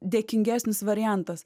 dėkingesnis variantas